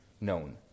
known